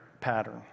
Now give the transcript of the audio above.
pattern